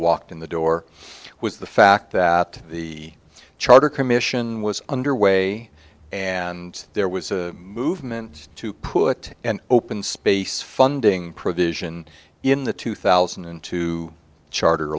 walked in the door was the fact that the charter commission was underway and there was a movement to put an open space funding provision in the two thousand and two charter